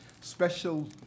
special